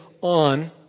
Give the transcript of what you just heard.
on